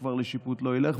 הוא כבר לשיפוט לא ילך,